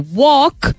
walk